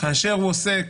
כאשר הוא עוסק